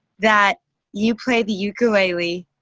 that you play the ukelele,